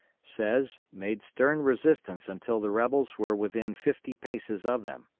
says, made stern resistance until the rebels were within fifty paces of them.